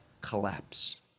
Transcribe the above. collapse